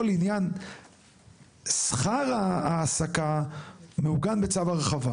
כל עניין שכר ההעסקה מעוגן בצו הרחבה.